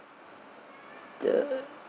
the